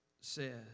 says